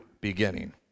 beginning